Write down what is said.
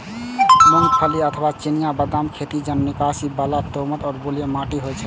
मूंगफली अथवा चिनिया बदामक खेती जलनिकासी बला दोमट व बलुई माटि मे होइ छै